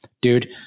dude